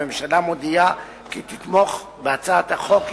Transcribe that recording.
הממשלה מודיעה כי תתמוך בהצעת החוק.